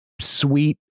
sweet